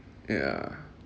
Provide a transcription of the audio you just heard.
yeah